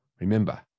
Remember